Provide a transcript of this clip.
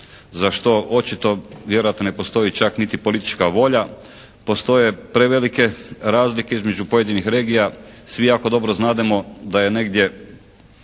za što očito vjerojatno ne postoji čak niti politička volja. Postoje prevelike razlike između pojedinih regija. Svi jako dobro znademo da je negdje